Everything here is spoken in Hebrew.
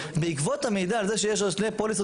בעקבות המידע על זה שיש לו שתי פוליסות